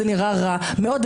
זה נראה רע מאוד,